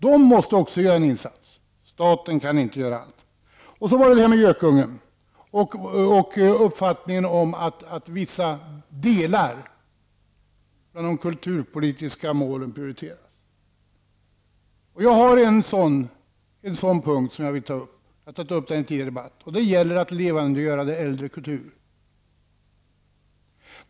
De måste också göra en insats, staten kan inte göra allt. Beträffande gökungen och uppfattningen om att vissa delar av de kulturpolitiska målen prioriteras vill jag säga att jag har en sådan punkt som jag vill ta upp, och jag har tagit upp den tidigare. Den gäller att levandegöra äldre kultur.